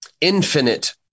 infinite